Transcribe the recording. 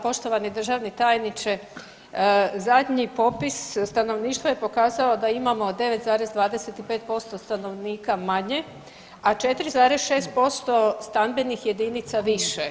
Poštovani državni tajniče zadnji popis stanovništva je pokazao da imamo 9,25% stanovnika manje, a 4,6% stambenih jedinica više.